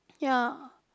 ya